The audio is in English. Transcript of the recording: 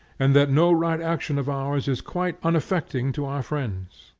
and that no right action of ours is quite unaffecting to our friends,